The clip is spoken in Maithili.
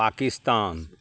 पाकिस्तान